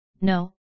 No